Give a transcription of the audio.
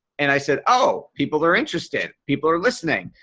and i said oh people are interested people are listening.